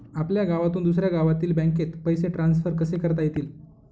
आपल्या गावातून दुसऱ्या गावातील बँकेत पैसे ट्रान्सफर कसे करता येतील?